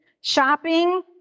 shopping